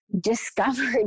discovered